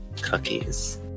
cookies